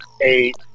eight